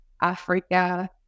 Africa